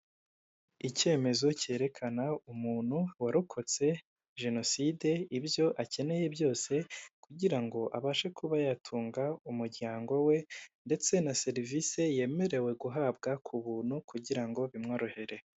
Icyemezo kerekana umuntu warokotse jenoside, ibyo akeneye byose kugira ngo abashe kuba yatunga umuryango we, ndetse na serivise yemerewe guhabwa ku buntu kugira ngo bimworohere.